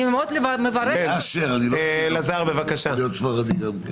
אני אשר, זה יכול להיות ספרדי גם כן.